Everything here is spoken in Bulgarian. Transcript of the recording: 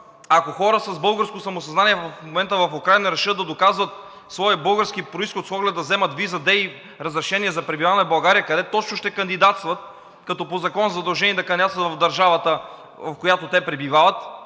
Ако хора с българско самосъзнание в момента в Украйна решат да доказват своя български произход с оглед да вземат виза и разрешение за пребиваване в България, къде точно ще кандидатстват, като по закон са задължени да кандидатстват в държавата, в която те пребивават.